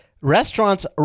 restaurants